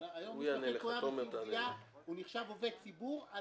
הגבייה נחשב עובד ציבור.